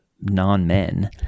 non-men